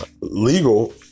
legal